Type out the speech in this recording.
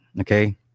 Okay